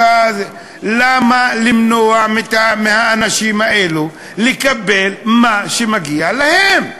למה למנוע מהאנשים האלה לקבל מה שמגיע להם?